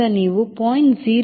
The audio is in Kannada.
05 ರಿಂದ 0